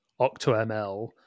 OctoML